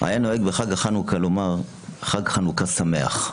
היה נוהג בחג החנוכה לומר: חג חנוכה שמח.